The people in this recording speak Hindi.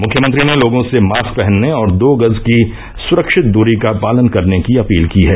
मुख्यमंत्री ने लोगों से मास्क पहनने और दो गज की सुरक्षित दूरी का पालन करने की अपील की है